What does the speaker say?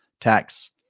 tax